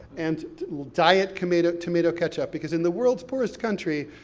and diet tomato tomato ketchup, because in the world's poorest country,